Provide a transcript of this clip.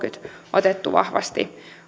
otettu vahvasti